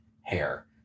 hair